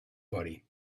body